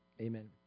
Amen